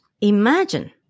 imagine